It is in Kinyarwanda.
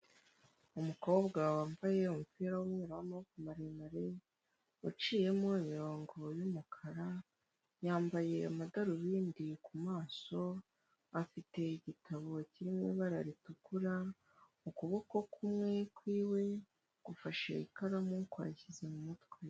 Umukobwa wambaye umupira w'umweru w'amaboko maremare, uciyemo imirongo y'umukara, yambaye amadarubindi ku maso, afite igitabo kirimo ibara ritukura, ukuboko kumwe kw'iwe gufashe ikaramu kwashyize mu mutwe.